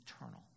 eternal